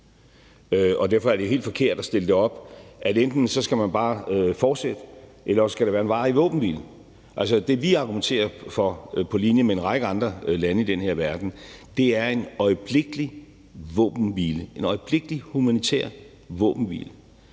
Derfor er det helt forkert at stille det op sådan og sige, at enten skal man bare skal fortsætte, ellerogså skal det være en varig våbenhvile. Altså, det, vi argumenterer for, på linje med en række andre lande i den her verden, er en øjeblikkelig våbenhvile, altså en øjeblikkelig humanitær våbenhvile,